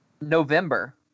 November